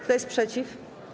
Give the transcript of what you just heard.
Kto jest przeciw?